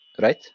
right